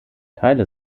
teile